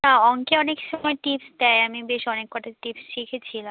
না অঙ্কে অনেক সময় টিপস দেয় আমি বেশ অনেক কটা টিপস শিখেছিলাম